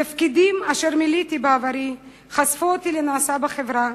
תפקידים אשר מילאתי בעברי חשפו אותי לנעשה בחברה,